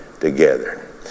together